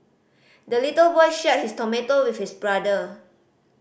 the little boy shared his tomato with his brother